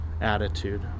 attitude